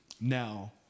now